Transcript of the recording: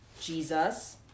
Jesus